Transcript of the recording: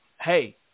Hey